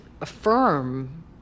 affirm